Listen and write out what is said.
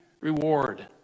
reward